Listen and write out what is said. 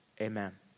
Amen